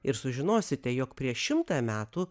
ir sužinosite jog prieš šimtą metų